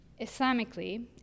Islamically